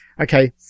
okay